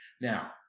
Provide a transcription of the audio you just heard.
Now